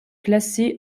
classé